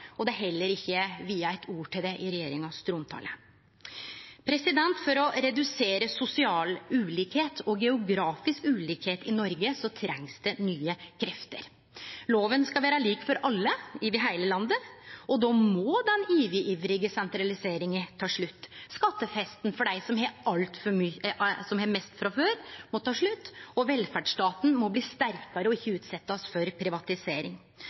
Det er heller ikkje vigd eitt ord til dette i trontalen til regjeringa. For å redusere sosial og geografisk ulikskap i Noreg trengst det nye krefter. Loven skal vere lik for alle over heile landet, og då må den overivrige sentraliseringa ta slutt. Skattefesten for dei som har mest frå før, må ta slutt, og velferdsstaten må bli sterkare og ikkje utsetjast for privatisering.